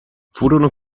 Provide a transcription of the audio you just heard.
furono